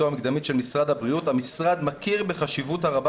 המקדמית של משרד הבריאות המשרד מכיר בחשיבות הרבה